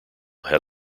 had